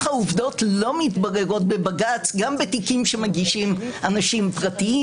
העובדות לא מתבררות בבג"צ גם בתיקים שמגישים אנשים פרטיים.